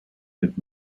did